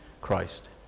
Christ